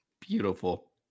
Beautiful